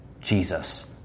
Jesus